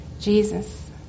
Jesus